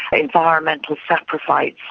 environmental saprophytes,